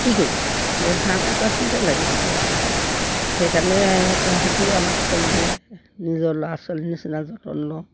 কি কৰিম সেই হাঁহ কুকুৰাখিনিতে লাগি থাকোঁ আৰু সেইকাৰণে তাহাঁতিও আমাক ফল দিয়ে নিজৰ ল'ৰা ছোৱালীৰ নিচিনা যতন লওঁ